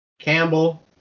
Campbell